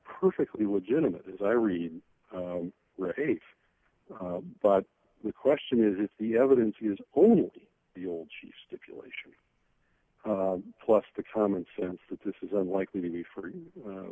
perfectly legitimate as i read rates but the question is if the evidence is only the old she stipulation plus the common sense that this is unlikely to be free